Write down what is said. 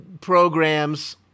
programs